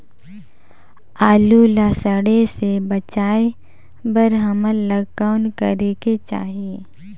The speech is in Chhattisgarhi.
आलू ला सड़े से बचाये बर हमन ला कौन करेके चाही?